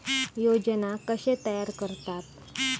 योजना कशे तयार करतात?